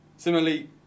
Similarly